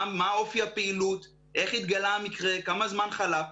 מה אופי הפעילות, איך התגלה המקרה, כמה זמן חלף.